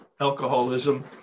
alcoholism